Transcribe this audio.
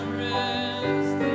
rest